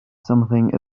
something